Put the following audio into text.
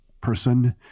person